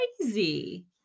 crazy